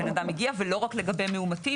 מגיע הבן אדם ולא רק לגבי מאומתים,